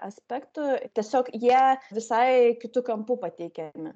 aspektų tiesiog jie visai kitu kampu pateikiami